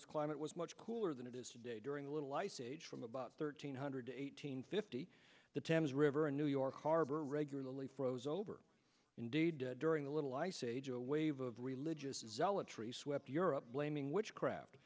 earth's climate was much cooler than it is today during the little ice age from about thirteen hundred to eight hundred fifty the thames river in new york harbor regularly froze over indeed during the little ice age a wave of religious zealotry swept europe blaming witchcraft